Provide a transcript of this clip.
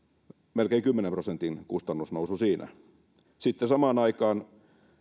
melkein kymmenen prosentin kustannusnousu siinä sitten samaan aikaan